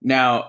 Now